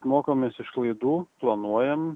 mokomės iš klaidų planuojam